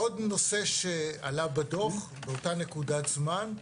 עוד נושא שעלה בדוח באותה נקודת זמן,